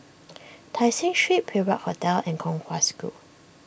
Tai Seng Street Perak Hotel and Kong Hwa School